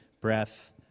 breath